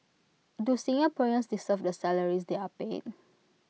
do Singaporeans deserve the salaries they are paid